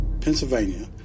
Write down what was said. Pennsylvania